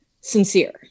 sincere